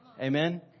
Amen